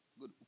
good